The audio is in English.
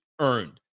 earned